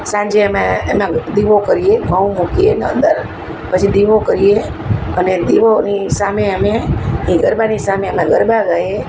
સાંજે અમે એમાં દીવો કરીએ ઘઉં મૂકીએ એના અંદર પછી દીવો કરીએ અને દીવોની સામે અમે એ ગરબાની સામે એના ગરબા ગાઈએ